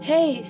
Hey